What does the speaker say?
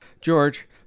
George